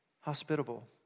Hospitable